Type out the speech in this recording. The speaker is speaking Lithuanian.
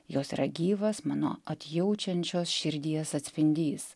jos yra gyvas mano atjaučiančios širdies atspindys